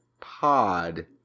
Pod